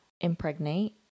impregnate